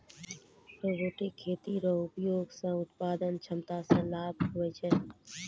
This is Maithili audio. रोबोटिक खेती रो उपयोग से उत्पादन क्षमता मे लाभ हुवै छै